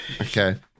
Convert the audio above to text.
Okay